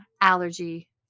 allergy